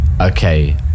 okay